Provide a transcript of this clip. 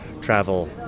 travel